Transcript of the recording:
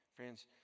Friends